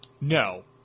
No